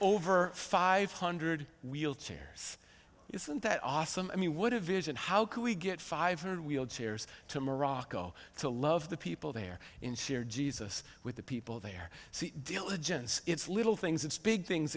over five hundred wheelchairs isn't that awesome i mean would have vision how can we get five hundred wheelchairs to morocco to love the people they're in here jesus with the people there diligence it's little things it's big things